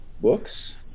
books